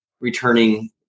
returning